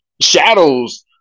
shadows